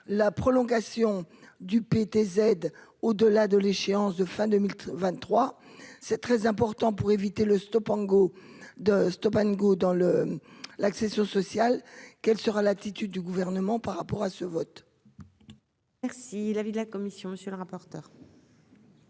la prolongation du PTZ au-delà de l'échéance de fin 2023, c'est très important pour éviter le Stop Angot de Stop and Go dans le l'accession sociale, quelle sera l'attitude du gouvernement par rapport à ce vote. Merci l'avis de la commission, monsieur le rapporteur.